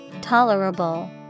Tolerable